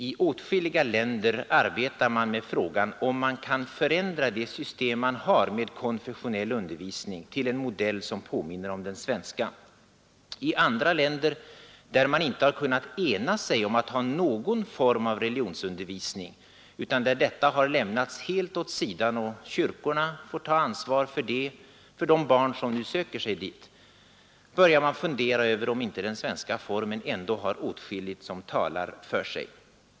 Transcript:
I åtskilliga länder arbetar man med frågan, om man skall förändra det system man har med konfessionell undervisning till en modell som påminner om den svenska. I andra länder — där man inte har kunnat enas om att ha någon form av religionsundervisning utan kyrkorna får ta ansvar för de barn som söker sig dit — börjar man fundera över om inte den svenska formen har åtskilligt som talar för sig.